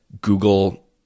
Google